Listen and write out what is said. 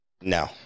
No